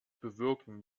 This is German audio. bewirken